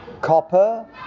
copper